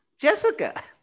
jessica